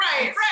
Right